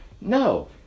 No